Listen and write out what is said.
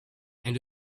and